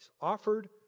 offered